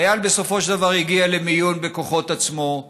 החייל, בסופו של דבר, הגיע למיון בכוחות עצמו,